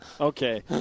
Okay